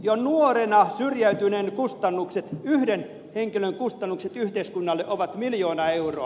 jo nuorena syrjäytyneen yhden henkilön kustannukset yhteiskunnalle ovat miljoona euroa